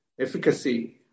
efficacy